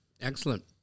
Excellent